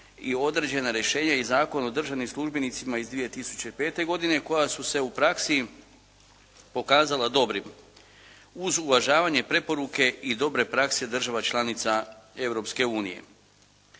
i određena rješenja iz Zakona o državnim službenicima iz 2005. godina koja su se u praksi pokazala dobrim uz uvažavanja preporuke i dobre prakse država članica